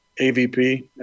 AVP